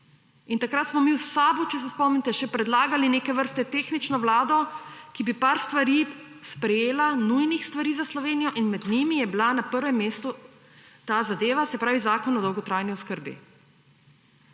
In takrat smo mi v SAB, če se spomnite, še predlagali neke vrste tehnično vlado, ki bi nekaj stvari sprejela, nujnih stvari za Slovenijo; in med njimi je bila na prvem mestu ta zadeva – zakon o dolgotrajni oskrbi.